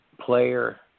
player